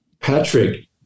Patrick